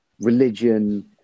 religion